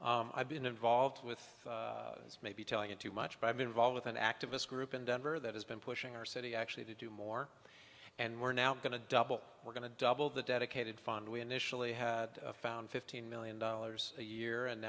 housing i've been involved with as maybe tell you too much but i've been involved with an activist group in denver that has been pushing our city actually to do more and we're now going to double we're going to double the dedicated fund we initially had found fifteen million dollars a year and